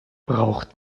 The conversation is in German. braucht